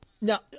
Now